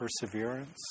perseverance